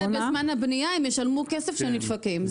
ובזמן הבנייה הם ישלמו כסף על זה שהם נדפקים.